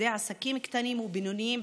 בעובדי עסקים קטנים ובינוניים,